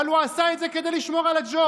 אבל הוא עשה את זה כדי לשמור על הג'וב.